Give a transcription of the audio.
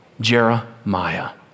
Jeremiah